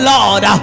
Lord